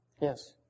Yes